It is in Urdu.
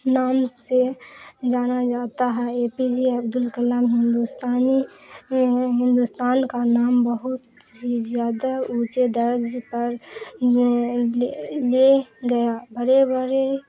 نام سے جانا جاتا ہے A P J Abdul Kalam Hindustani Hindustan کا نام بہت ہی زیادہ اونچے درج پر لے گیا بڑے بڑے